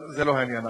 אבל זה לא העניין.